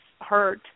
hurt